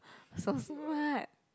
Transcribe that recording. so smart